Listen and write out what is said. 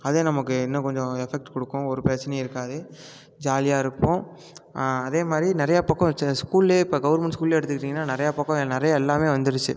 அதே நமக்கு இன்னும் கொஞ்சம் எஃபெக்ட் கொடுக்கும் ஒரு பிரச்சனையும் இருக்காது ஜாலியாக இருக்கும் அதேமாதிரி நிறைய பக்கம் சில ஸ்கூலில் இப்போ கவர்மெண்ட் ஸ்கூலில் எடுத்துக்கிட்டிங்கன்னால் நிறையா பக்கம் நிறையா எல்லாமே வந்துருச்சு